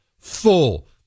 full